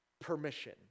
permission